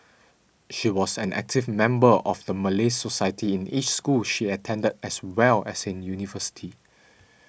she was an active member of the Malay Society in each school she attended as well as in university